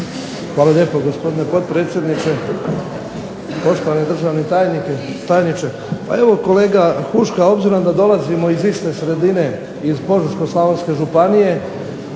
Hvala lijepo gospodine potpredsjedniče. Poštovani državni tajniče. Pa evo kolega Huška s obzirom da dolazimo iz iste sredine iz Požeško-slavonske županije